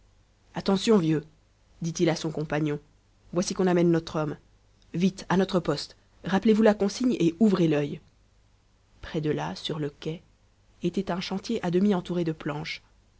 attention vieux dit-il à son compagnon voici qu'on amène notre homme vite à notre poste rappelez-vous la consigne et ouvrez l'œil près de là sur le quai était un chantier à demi entouré de planches